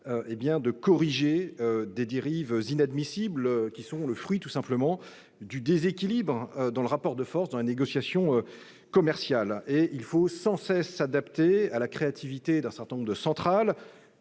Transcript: la correction de dérives inadmissibles, qui sont le fruit du déséquilibre dans le rapport de force et dans les négociations commerciales. Il faut sans cesse s'adapter à la créativité d'un certain nombre de centrales-